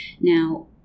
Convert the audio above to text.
Now